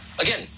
Again